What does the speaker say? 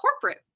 corporate